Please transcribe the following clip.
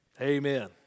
Amen